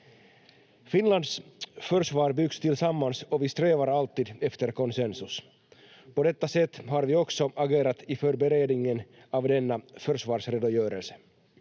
Finlands försvar byggs tillsammans och vi strävar alltid efter konsensus. På detta sätt har vi också agerat i förberedningen av denna försvarsredogörelse.